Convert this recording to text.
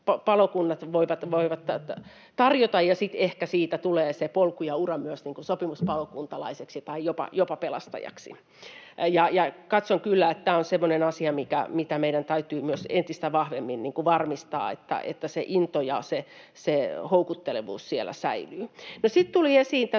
palokunnat voivat tarjota, ja ehkä siitä sitten tulee se polku ja ura myös sopimuspalokuntalaiseksi tai jopa pelastajaksi. Katson kyllä, että tämä on semmoinen asia, mitä meidän täytyy myös entistä vahvemmin varmistaa, että into ja houkuttelevuus siellä säilyvät. No, sitten tuli esiin tämä